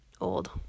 old